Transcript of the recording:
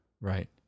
Right